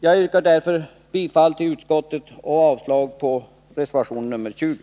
Jag yrkar bifall till utskottets hemställan och avslag på reservation 20.